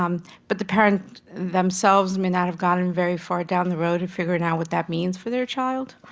um but the parent themselves may not have gotten very far down the road in figuring out what that means for their child,